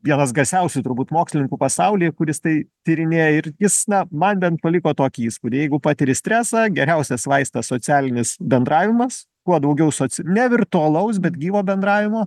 vienas garsiausių turbūt mokslininkų pasaulyje kuris tai tyrinėja ir jis na man bent paliko tokį įspūdį jeigu patiri stresą geriausias vaistas socialinis bendravimas kuo daugiau nevirtualaus bet gyvo bendravimo